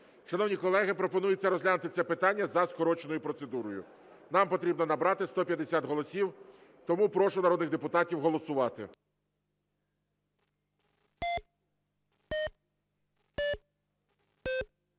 Шановні колеги, пропонується розглянути це питання за скороченою процедурою. Нам потрібно набрати 150 голосів. Тому прошу народних депутатів голосувати.